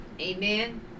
Amen